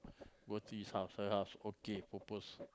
go to his house her house okay propose